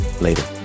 Later